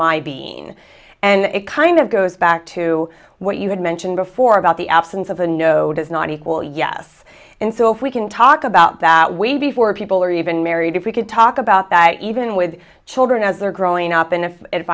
my being and it kind of goes back to what you had mentioned before about the absence of a know does not equal yes and so if we can talk about that way before people are even married if we could talk about that even with children as they're growing up and if